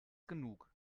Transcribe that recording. genug